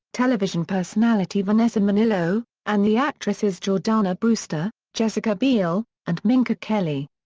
television personality vanessa minnillo, and the actresses jordana brewster, jessica biel, and minka kelly.